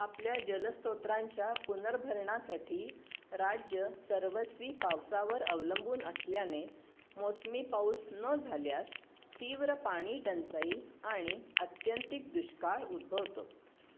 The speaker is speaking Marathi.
आपल्या जलस्रोतांच्या पुनर्भरणासाठी राज्य सर्वस्वी पावसावर अवलंबून असल्याने मोसमी पाऊस न झाल्यास तीव्र पाणी टंचाई आणि आत्यंतिक दुष्काळ उद्भवतो